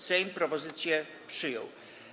Sejm propozycję przyjął.